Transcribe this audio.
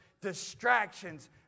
distractions